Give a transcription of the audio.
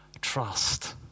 trust